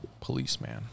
policeman